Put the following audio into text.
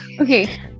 Okay